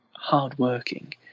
hardworking